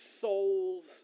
souls